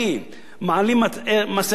מעלים את מס ערך מוסף ב-1%.